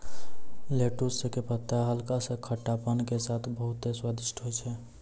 lettuce के पत्ता हल्का सा खट्टापन के साथॅ बहुत स्वादिष्ट होय छै